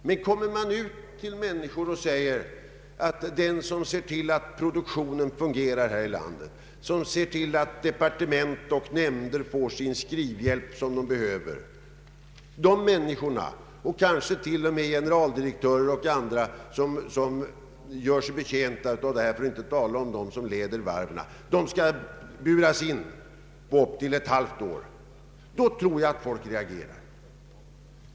Men talar man om för människor att de som ser till att produktionen fungerar här i landet, att departement och nämnder får den skrivhjälp de behöver — kanske till och med generaldirektörer, för att inte tala om dem som leder varven — skall buras in upp till ett halvår kommer troligen folk att reagera.